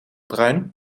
bruin